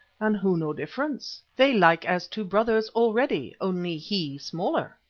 and who know difference? they like as two brothers already, only he smaller.